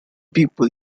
people